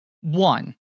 One